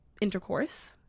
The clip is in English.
Intercourse